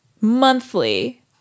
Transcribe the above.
monthly